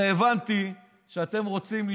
הרי הבנתי שאתם רוצים,